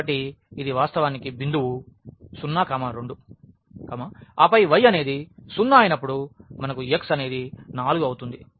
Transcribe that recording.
కాబట్టి ఇది వాస్తవానికి బిందువు 02 ఆపై y అనేది 0 అయినప్పుడు మనకు x అనేది 4 అవుతుంది